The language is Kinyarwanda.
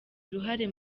uruhare